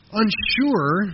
unsure